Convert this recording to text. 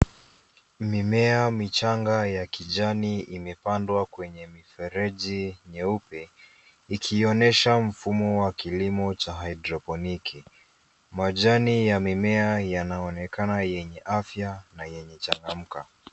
Mimea michanga ya kijani imepandwa kwenye mifereji meupe, ikionyesha mfumo wa kilimo cha haidroponiki. Majani ya mimea yanaonekana yenye afya na yenye changamka.